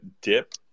dip